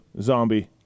Zombie